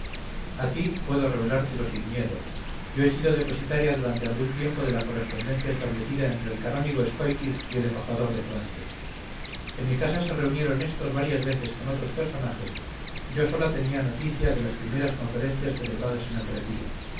a ti puedo revelártelo sin miedo yo he sido depositaria durante algún tiempo de la correspondencia establecida entre el canónigo escóiquiz y el embajador de francia en mi casa se reunieron éstos varias veces con otros personajes yo sola tenía noticia de las primeras conferencias celebradas en el retiro